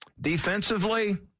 Defensively